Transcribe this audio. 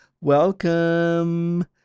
Welcome